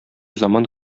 заман